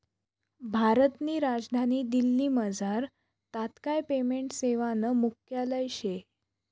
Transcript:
भारतनी राजधानी दिल्लीमझार तात्काय पेमेंट सेवानं मुख्यालय शे